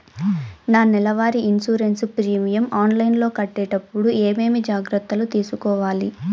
నా నెల వారి ఇన్సూరెన్సు ప్రీమియం ఆన్లైన్లో కట్టేటప్పుడు ఏమేమి జాగ్రత్త లు తీసుకోవాలి?